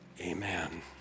Amen